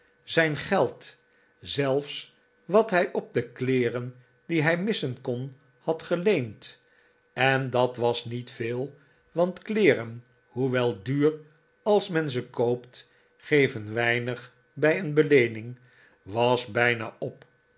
zijn geld zelfs wat hij op de kleeren die hij missen kon had geleend en dat was niet veel want kleeren hoewel duur als men ze koopt geven weinig bij een beleening was bijna op